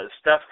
Steph